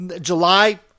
July